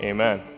Amen